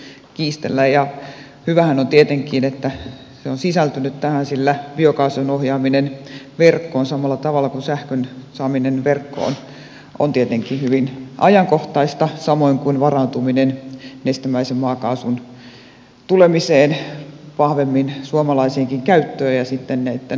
hyvähän on tietenkin että se on sisältynyt tähän sillä biokaasun ohjaaminen verkkoon samalla tavalla kuin sähkön saaminen verkkoon on tietenkin hyvin ajankohtaista samoin kuin varautuminen nestemäisen maakaasun tulemiseen vahvemmin suomalaiseenkin käyttöön ja näitten hallinnollisten asioiden ohjaaminen